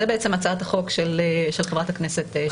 זו בעצם הצעת החוק של חברת הכנסת שיר סגמן.